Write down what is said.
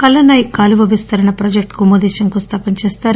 కల్లనాయ్ కాలువ విస్తరణ ప్రాజెక్టుకు మోదీ శంకుస్థాపన చేస్తారు